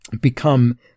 become